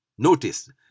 Notice